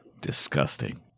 Disgusting